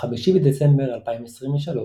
ב-5 בדצמבר 2023,